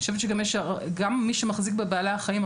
אני חושבת שגם מי שמחזיק בבעלי החיים,